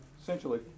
essentially